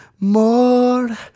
More